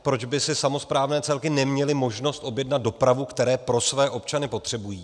Proč by samosprávné celky neměly mít možnost objednat si dopravu, kterou pro své občany potřebují?